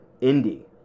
Indy